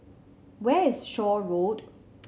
where is Shaw Road